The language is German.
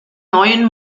neuen